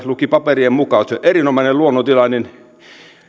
luki että se on erinomainen luonnontilainen